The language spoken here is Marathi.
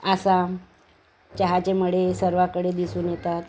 आसाम चहाचे मळे सर्वाकडे दिसून येतात